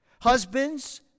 Husbands